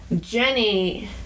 Jenny